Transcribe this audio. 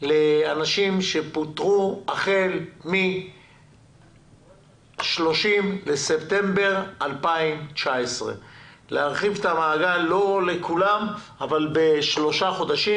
לאנשים שפוטרו החל מ-30 בספטמבר 2019. להרחיב את המעגל לשלושה חודשים.